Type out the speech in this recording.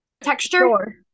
Texture